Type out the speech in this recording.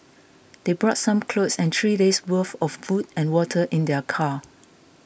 they brought some clothes and three days' worth of food and water in their car